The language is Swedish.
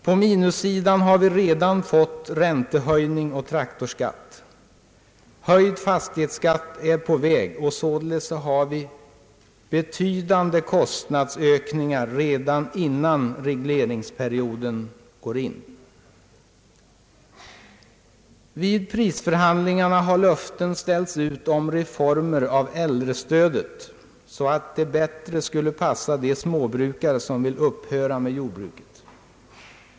På minussidan har vi redan fått räntehöjning och traktorskatt, och höjd fastighetsskatt är på väg. Vi har således betydande kostnadsökningar redan innan regleringsperioden börjar. Vid prisförhandlingarna har löften ställts ut om reformer av äldrestödet, så att det bättre skulle passa de småbrukare som vill upphöra med jordbruket.